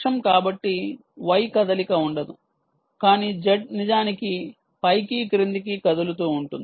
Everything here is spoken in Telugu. కాబట్టి y కదలిక ఉండదు కానీ z నిజానికి పైకి క్రిందికి కదులుతూ ఉంటుంది